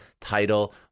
title